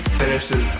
finish this